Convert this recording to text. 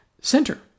center